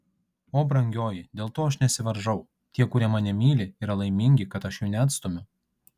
o brangioji dėl to aš nesivaržau tie kurie mane myli yra laimingi kad aš jų neatstumiu